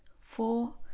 four